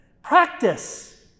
practice